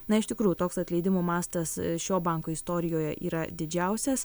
na iš tikrųjų toks atleidimų mastas šio banko istorijoje yra didžiausias